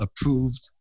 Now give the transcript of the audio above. approved